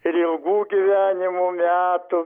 ir ilgų gyvenimo metų